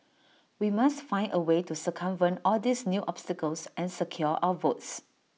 we must find A way to circumvent all these new obstacles and secure our votes